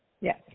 yes